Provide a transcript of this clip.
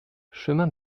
chemin